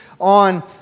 on